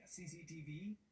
CCTV